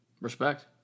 respect